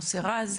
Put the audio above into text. מוסי רז.